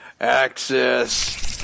access